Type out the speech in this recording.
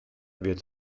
wird